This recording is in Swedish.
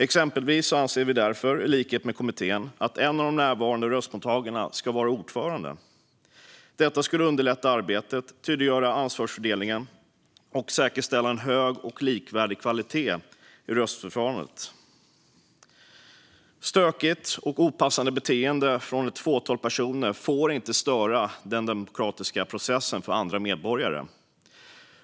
Exempelvis anser vi därför, i likhet med kommittén, att en av de närvarande röstmottagarna ska vara ordförande. Detta skulle underlätta arbetet, tydliggöra ansvarsfördelningen och säkerställa en hög och likvärdig kvalitet i röstförfarandet. Stökigt och opassande beteende från ett fåtal personer får inte störa den demokratiska processen för andra medborgare.